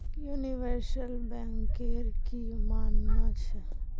universal banker की मानना छ